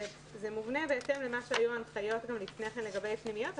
זה מובנה בהתאם להנחיות שהיו גם לפני כן לגבי פנימיות,